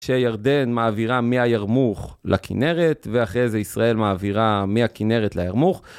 כשירדן מעבירה מהירמוך לכינרת ואחרי זה ישראל מעבירה מהכינרת לירמוך,